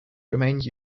remained